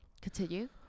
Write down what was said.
continue